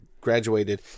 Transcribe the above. graduated